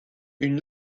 une